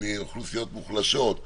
מאוכלוסיות מוחלשות,